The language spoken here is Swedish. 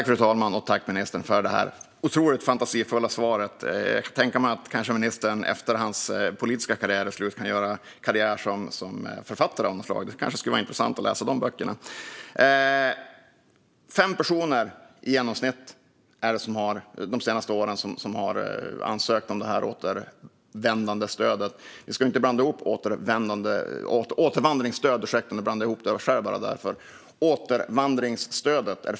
Fru talman! Tack, ministern, för detta otroligt fantasifulla svar! Jag kan tänka mig att ministern efter att hans politiska karriär är slut kan göra karriär som författare av något slag; det kanske skulle vara intressant att läsa de böckerna. De senaste åren är det i genomsnitt fem personer per år som har ansökt om detta återvandringsstöd.